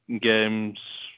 games